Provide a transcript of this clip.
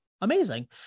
amazing